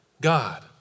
God